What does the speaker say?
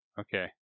Okay